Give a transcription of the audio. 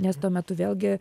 nes tuo metu vėlgi